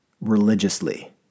religiously